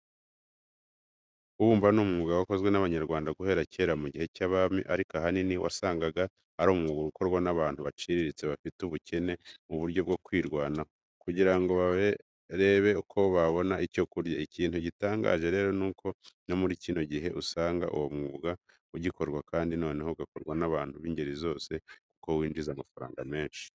Kubumba ni umwuga wakozwe n'Abanyarwanda guhera kera mu gihe cy'abami ariko ahanini wasangaga ari umwuga ukorwa n'abantu baciriritse bafite ubukene mu buryo bwo kwirwanaho, kugira ngo barebe ko babona icyo kurya. Ikintu gitangaje rero nuko no muri kino gihe usanga uwo mwuga ugikorwa kandi noneho ugakorwa n'abantu b'ingeri zose kuko winjiza amafaranga menshi.